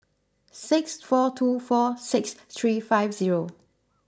six four two four six three five zero